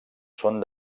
són